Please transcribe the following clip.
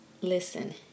Listen